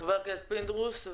חבר הכנסת פינדרוס.